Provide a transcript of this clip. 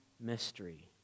mystery